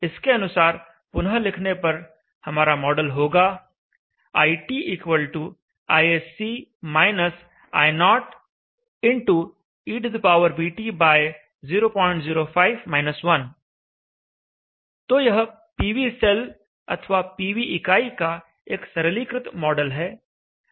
इसके अनुसार पुनः लिखने पर हमारा मॉडल होगा iT ISC - I0 evT005-1 तो यह पीवी सेल अथवा पीवी इकाई का एक सरलीकृत मॉडल है